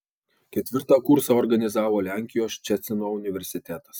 ketvirtą kursą organizavo lenkijos ščecino universitetas